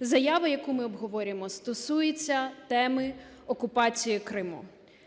Заяву, яку ми обговорюємо, стосується теми окупації Криму,